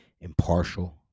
impartial